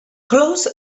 close